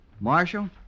Marshal